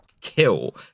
kill